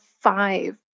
five